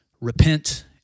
Repent